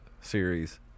series